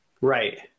Right